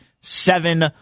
seven